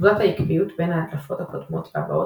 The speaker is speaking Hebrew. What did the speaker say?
עובדת העקביות בין ההדלפות הקודמות והבאות